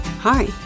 Hi